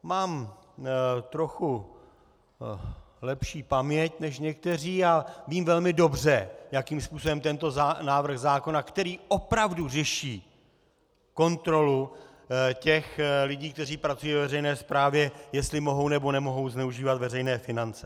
Mám trochu lepší paměť než někteří a vím velmi dobře, jakým způsobem tento návrh zákona opravdu řeší kontrolu těch lidí, kteří pracují ve veřejné správě, jestli mohou, nebo nemohou zneužívat veřejné finance.